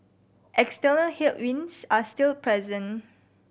external headwinds are still present